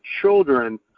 children